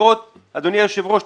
אדוני היושב ראש,